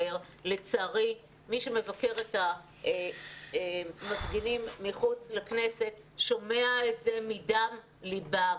לצערי מי שמבקר את המפגינים מחוץ לכנסת שומע את זה מדם לבם.